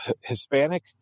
Hispanic